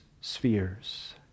spheres